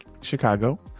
Chicago